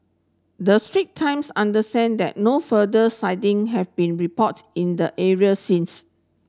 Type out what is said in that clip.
the Strait Times understand that no further sighting have been reported in the areas since